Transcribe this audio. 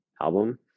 album